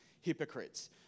Hypocrites